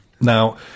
Now